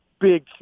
big